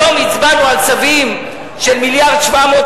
היום הצבענו על צווים של 1.7 מיליארד,